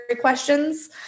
questions